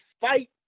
fight